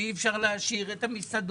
לא את המסעדות,